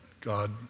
God